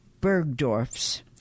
Bergdorf's